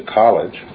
college